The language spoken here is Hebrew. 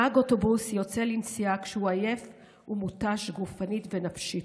נהג אוטובוס יוצא לנסיעה כשהוא עייף ומותש גופנית ונפשית.